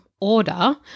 order